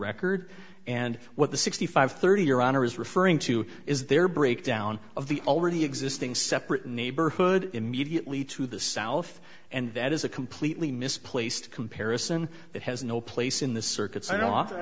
record and what the sixty five thirty your honor is referring to is their breakdown of the already existing separate neighborhood immediately to the south and that is a completely misplaced comparison that has no place in the circuits and often i